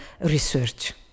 research